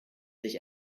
sich